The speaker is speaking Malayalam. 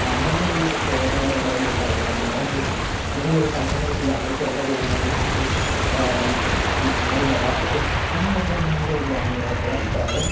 അന്നൊന്നും ഈ ഫോൺ അങ്ങനെയുള്ള ഒന്നുമില്ലായിരുന്നു നിങ്ങളതുകൊ നിങ്ങളെയൊക്കെ സമയത്ത് അതൊക്കെ ഉള്ളതുകൊണ്ടാണ് നിങ്ങൾക്ക് ആരും വരാത്തത് അങ്ങനെയൊക്കെയാണ് നമ്മുടെ ഗ്രാമീണരുടെ അഭിപ്രായം